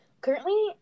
currently